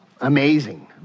Amazing